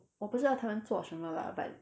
我不知道他们做什么啦 but